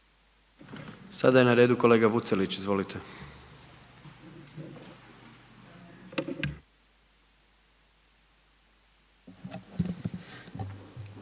Sada je na redu kolega Vucelić. Izvolite.